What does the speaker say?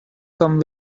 come